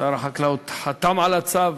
ששר החקלאות חתם על הצו.